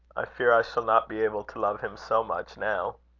i fear i shall not be able to love him so much now.